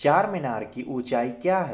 चार मीनार की ऊँचाई क्या है